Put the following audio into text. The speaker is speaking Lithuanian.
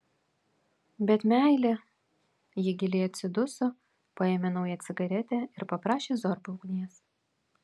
bet meilė ji giliai atsiduso paėmė naują cigaretę ir paprašė zorbą ugnies